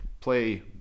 play